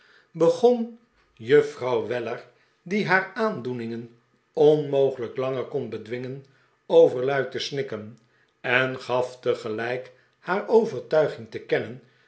begon juffrouw weller die haar aandoeningen onmogelijk langer kon bedwingen overluid te snikken en gaf tegelijk haar overtuiging te kennen